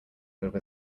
filled